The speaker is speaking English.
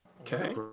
okay